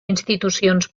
institucions